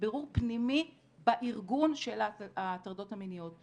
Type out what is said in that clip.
בירור פנימי בארגון של ההטרדות המיניות.